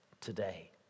today